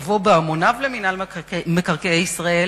אמור להגיע בהמוניו למינהל מקרקעי ישראל,